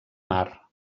mar